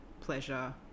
pleasure